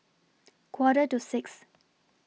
Quarter to six